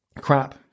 crap